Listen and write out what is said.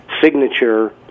signature